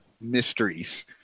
mysteries